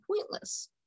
pointless